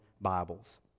Bibles